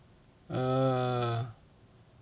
err